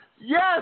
Yes